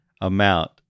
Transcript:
amount